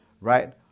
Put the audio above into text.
right